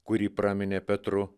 kurį praminė petru